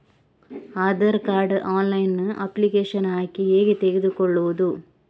Aadhaar card ನ್ನು online application ಹಾಕಿ ಹೇಗೆ ತೆಗೆದುಕೊಳ್ಳುವುದು?